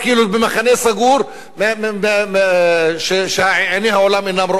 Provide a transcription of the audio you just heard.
הם במחנה סגור שעיני העולם אינן רואות.